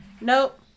Nope